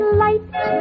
light